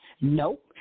Nope